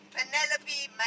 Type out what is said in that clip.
Penelope